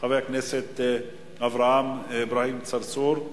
חבר הכנסת אברהים צרצור?